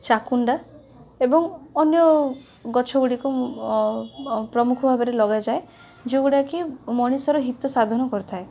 ଚାକୁଣ୍ଡା ଏବଂ ଅନ୍ୟ ଗଛ ଗୁଡ଼ିକ ପ୍ରମୁଖ ଭାବରେ ଲଗାଯାଏ ଯେଉଁଗୁଡ଼ାକି ମଣିଷର ହିତସାଧନ କରିଥାଏ